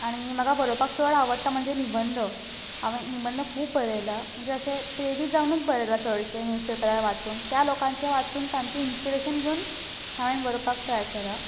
आनी म्हाका बरोवपाक चड आवडटा म्हणजे निबंद हांवें निबंदां खूब बरयलां म्हणजे अशें प्रेरीत जावनच बरयलां चडशें न्यूज पेपरा वांचून त्या लोकांचें वाचून तांचे इंस्पिरेशन घेवन हांवें बरोवपाक ट्राय केलां